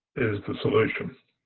is the solution